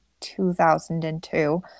2002